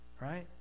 right